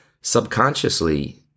subconsciously